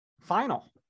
final